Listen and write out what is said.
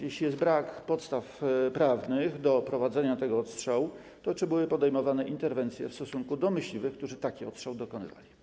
Jeśli brakuje podstaw prawnych do prowadzenia tego odstrzału, to czy były podejmowane interwencje w stosunku do myśliwych, którzy takiego odstrzału dokonywali?